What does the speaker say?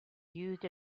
used